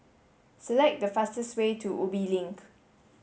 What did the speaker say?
select the fastest way to Ubi Link